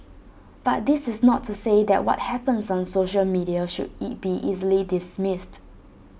but this is not to say that what happens on social media should E be easily dismissed